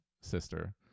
sister